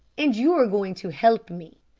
and you're going to help me,